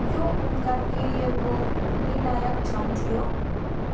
यो उनका केरियरको निर्णायक क्षण थियो